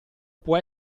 può